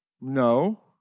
No